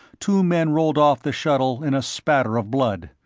two men rolled off the shuttle in a spatter of blood.